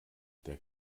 der